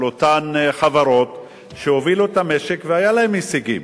על אותן חברות שהובילו את המשק והיו להן הישגים.